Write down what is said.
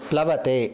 प्लवते